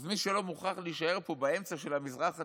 אז מי שלא מוכרח להישאר פה באמצע של המזרח התיכון,